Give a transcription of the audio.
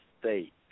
State